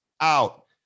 out